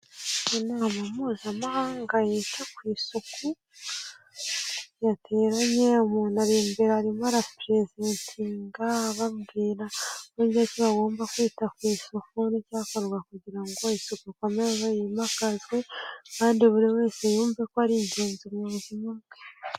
Inama mpuzamahanga yita ku isuku yateranye, umuntu ari imbere arimo arapurezentinga, ababwira uburyo ki bagomba kwita ku isuku n'icyakorwa kugira ngo isuku ikomeze yimakazwe kandi buri wese yumve ko ari ingenzi mu buzima bwe.